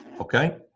Okay